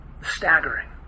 Staggering